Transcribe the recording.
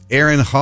Aaron